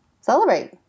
celebrate